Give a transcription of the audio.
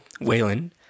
waylon